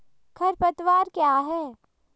खरपतवार क्या है?